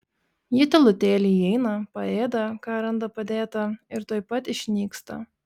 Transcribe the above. ji tylutėliai įeina paėda ką randa padėta ir tuoj pat išnyksta